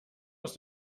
aus